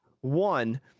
one